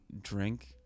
drink